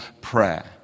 prayer